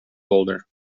folder